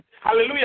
Hallelujah